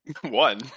one